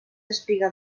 espiga